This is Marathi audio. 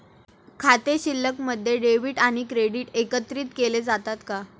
खाते शिल्लकमध्ये डेबिट आणि क्रेडिट एकत्रित केले जातात का?